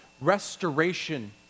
restoration